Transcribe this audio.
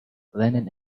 lennon